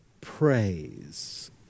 praise